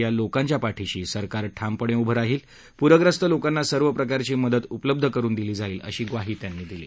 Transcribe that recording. या लोकांच्या पाठिशी सरकार ठामपणे उभं राहील पूरग्रस्त लोकांना सर्व प्रकारची मदत उपलब्ध करून दिली जाईल अशी ग्वाही त्यांनी दिली